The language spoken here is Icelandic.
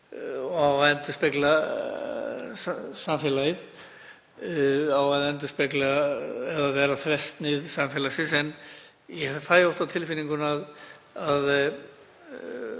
á að endurspegla samfélagið, á að vera þversnið samfélagsins, en ég fæ oft á tilfinninguna að